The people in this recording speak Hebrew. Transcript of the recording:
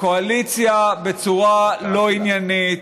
הקואליציה, בצורה לא עניינית,